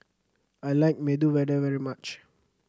I like Medu Vada very much